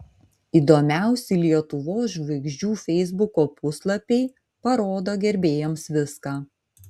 įdomiausi lietuvos žvaigždžių feisbuko puslapiai parodo gerbėjams viską